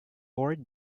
bored